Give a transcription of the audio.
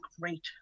great